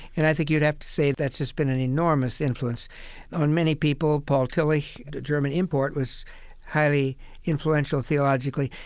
and i think you'd have to say that's just been an enormous influence on many people paul tillich, of german import, was highly influential theologically.